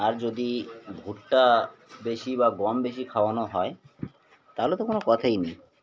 আর যদি ভুট্টা বেশি বা গম বেশি খাওয়ানো হয় তাহলে তো কোনো কথাই নেই